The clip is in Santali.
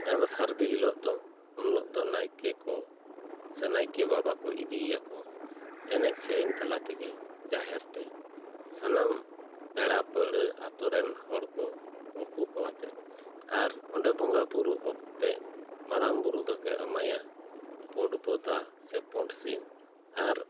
ᱚᱱᱟ ᱥᱟᱹᱨᱫᱤ ᱦᱤᱞᱚᱜ ᱫᱚ ᱱᱟᱭᱠᱮ ᱠᱚ ᱥᱮ ᱱᱟᱭᱠᱮ ᱵᱟᱵᱟ ᱠᱚ ᱤᱫᱤᱭᱮᱭᱟ ᱠᱚ ᱮᱱᱮᱡ ᱥᱮᱨᱮᱧ ᱛᱟᱞᱟ ᱛᱮᱜᱮ ᱡᱟᱦᱮᱨ ᱛᱮ ᱥᱟᱱᱟᱢ ᱯᱮᱲᱟ ᱯᱟᱹᱦᱲᱟ ᱟᱛᱳ ᱨᱮᱱ ᱦᱚᱲ ᱠᱚ ᱩᱱᱠᱩ ᱠᱚ ᱟᱛᱮᱜ ᱟᱨ ᱚᱸᱰᱮ ᱵᱚᱸᱜᱟ ᱵᱳᱨᱳ ᱚᱠᱛᱮ ᱢᱟᱨᱟᱝ ᱵᱳᱨᱳ ᱫᱚᱠᱚ ᱮᱢᱟᱭᱟ ᱯᱩᱸᱰ ᱵᱚᱫᱟ ᱥᱮ ᱯᱩᱸᱰ ᱥᱤᱢ ᱟᱨ